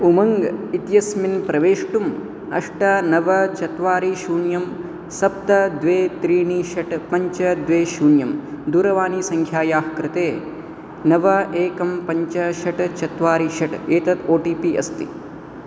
उमङ्ग् इत्यस्मिन् प्रवेष्टुम् अष्ट नव चत्वारि शून्यं सप्त द्वे त्रीणि षट् पञ्च द्वे शून्यं दूरवाणीसङ्ख्यायाः कृते नव एकं पञ्च षट् चत्वारि षट् एतत् ओटिपि अस्ति